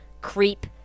creep